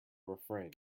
refrain